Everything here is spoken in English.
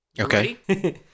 Okay